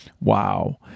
Wow